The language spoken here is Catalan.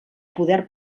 poder